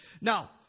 Now